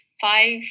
five